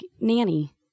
nanny